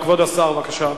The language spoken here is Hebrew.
כבוד השר, בבקשה.